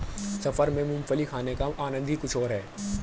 सफर में मूंगफली खाने का आनंद ही कुछ और है